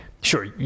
sure